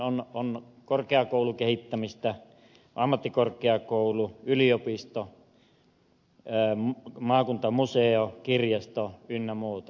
on korkeakoulukehittämistä ammattikorkeakoulu yliopisto maakuntamuseo kirjasto ynnä muuta